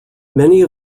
many